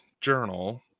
journal